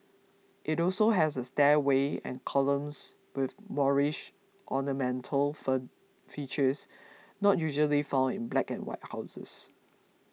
it also has a stairway and columns with Moorish ornamental features not usually found in black and white houses